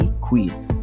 Queen